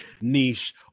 niche